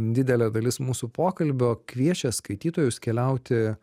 didelė dalis mūsų pokalbio kviečia skaitytojus keliauti